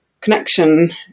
connection